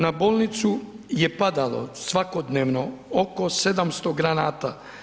Na bolnicu je padalo svakodnevno oko 700 granata.